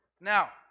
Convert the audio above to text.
Now